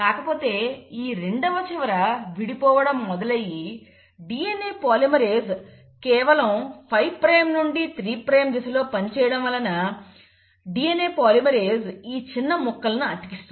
కాకపోతే ఈ రెండవ చివర విడిపోవడం మొదలయ్యి DNA పాలిమరేస్ కేవలం 5 ప్రైమ్ నుండి 3 ప్రైమ్ దిశలో పని చేయడం వలన DNA పాలిమరేస్ ఈ చిన్న ముక్కలను అతికిస్తుంది